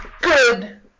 good